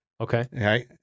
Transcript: Okay